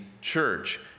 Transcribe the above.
church